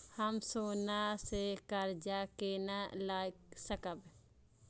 हम सोना से कर्जा केना लाय सकब?